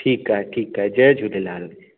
ठीकु आहे ठीकु आहे जय झूलेलाल